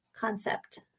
concept